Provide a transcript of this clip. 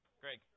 Greg